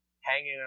hanging